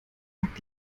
lag